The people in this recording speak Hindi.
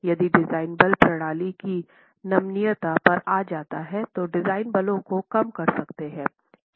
यदि डिजाइन बल प्रणाली की नमनीयता पर आ जाता है तो डिजाइन बलों को कम कर सकते हैं